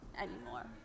anymore